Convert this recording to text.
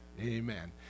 Amen